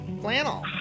Flannel